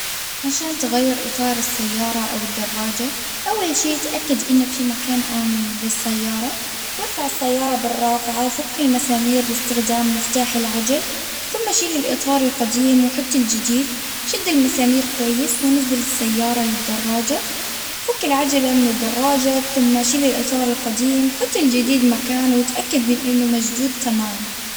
عشان تغير إطار السيارة أو الدراجة، أول شيء تأكد إنك في مكان أمن للسيارة، وإرفع السيارة بالرافعة ،وفكي المسامير بإستخدام مفتاح العجل، ثم شيلي الإطار القديم وحطي الجديد، شد المسامير كويس ونزل السيارة للدراجة، فك العجلة من الدراجة، ثم شيل الاثار القديم حطي الجديد مكانة وتأكد من إنه مشدود تمام.